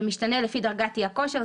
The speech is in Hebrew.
זה משתנה לפי דרגת אי הכושר,